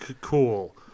cool